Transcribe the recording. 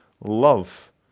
love